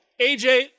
AJ